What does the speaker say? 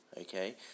Okay